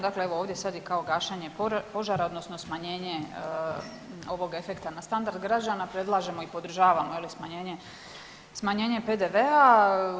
Dakle, evo ovdje je sad kao gašenje požara odnosno smanjenje ovog efekta na standard građana predlažemo i podržavamo smanjenje PDV-a.